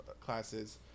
classes